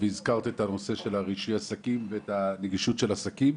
והזכרת את הנושא של רישוי עסקים ואת הנגישות של עסקים.